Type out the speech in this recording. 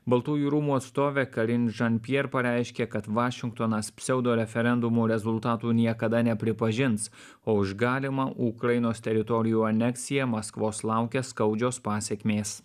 baltųjų rūmų atstovė karin žan pierre pareiškė kad vašingtonas pseudo referendumų rezultatų niekada nepripažins o už galimą ukrainos teritorijų aneksiją maskvos laukia skaudžios pasekmės